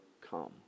come